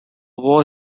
war